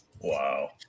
Wow